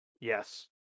Yes